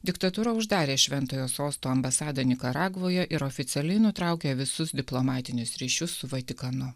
diktatūra uždarė šventojo sosto ambasadą nikaragvoje ir oficialiai nutraukė visus diplomatinius ryšius su vatikanu